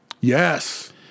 Yes